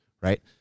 right